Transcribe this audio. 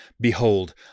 Behold